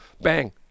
bang